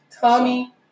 Tommy